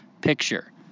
picture